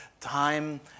Time